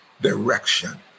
direction